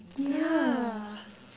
yeah